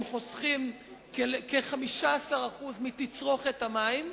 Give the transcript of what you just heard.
הם חוסכים כ-15% מתצרוכת המים,